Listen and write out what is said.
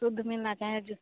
शुद्ध मिलना चाहें जो